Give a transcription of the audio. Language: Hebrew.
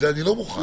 לזה אני לא מוכן.